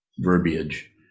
verbiage